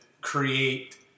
create